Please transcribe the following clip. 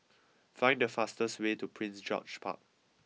find the fastest way to Prince George's Park